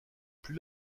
plus